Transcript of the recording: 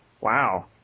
Wow